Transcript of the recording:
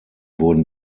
wurden